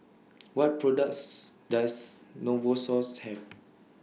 What products Does Novosource Have